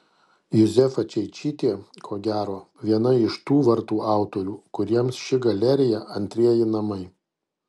juzefa čeičytė ko gero viena iš tų vartų autorių kuriems ši galerija antrieji namai